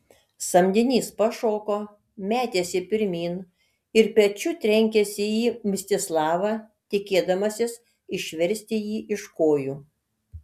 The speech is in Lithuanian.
samdinys pašoko metėsi pirmyn ir pečiu trenkėsi į mstislavą tikėdamasis išversti jį iš kojų